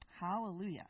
Hallelujah